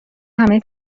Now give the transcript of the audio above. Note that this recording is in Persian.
همه